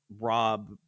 Rob